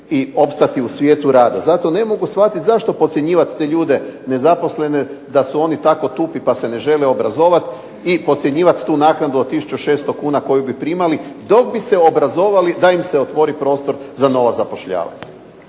opstati u svijetu rada. Zato ne mogu shvatiti zašto podcjenjivati te ljude nezaposlene da su oni tako tupi pa se ne žele obrazovati i podcjenjivati tu naknadu od 1600 kuna koju bi primali dok bi se obrazovali da im se otvori prostor za nova zapošljavanja.